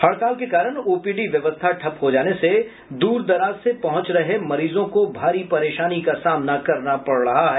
हड़ताल के कारण ओपीडी व्यवस्था ठप हो जाने से दूर दराज से पहुंच रहे मरीजों को भारी परेशानी का सामना करना पड़ रहा है